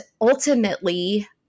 ultimately